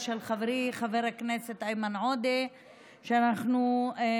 נוספים שיפורטו בתקנות שיותקנו מכוח החוק,